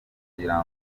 kugira